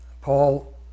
Paul